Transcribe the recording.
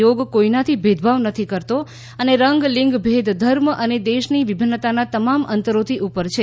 યોગ કોઇનાથી ભેદભાવ નથી કરતો અને રંગ સ્ત્રી પુરુષ ધર્મ અને દેશની વિભિન્નતાના તમામ અંતરોથી ઉપર છે